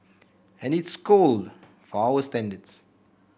and it's cold for our standards